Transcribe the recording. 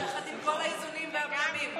יחד עם כל האיזונים והבלמים.